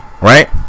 right